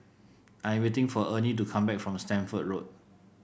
I am waiting for Ernie to come back from Stamford Road